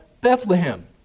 Bethlehem